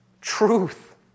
truth